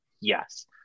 Yes